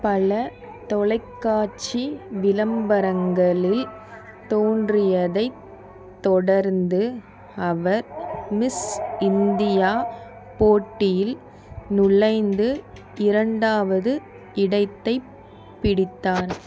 பல தொலைக்காட்சி விளம்பரங்களில் தோன்றியதைத் தொடர்ந்து அவர் மிஸ் இந்தியா போட்டியில் நுழைந்து இரண்டாவது இடத்தை பிடித்தார்